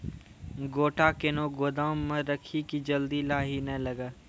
गोटा कैनो गोदाम मे रखी की जल्दी लाही नए लगा?